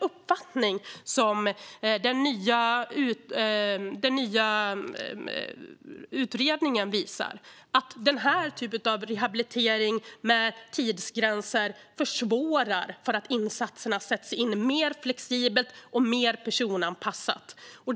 Den nya utredningen visar också att den här typen av rehabilitering med tidsgränser försvårar för att insatserna sätts in mer flexibelt och personanpassat.